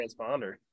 transponder